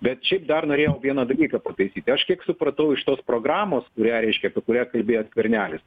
bet šiaip dar norėjau vieną dalyką pataisyti aš kiek supratau iš tos programos kurią reiškia apie kurią kalbėjo skvernelis